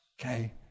Okay